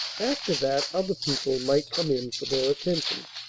after that other people might come in for their attention.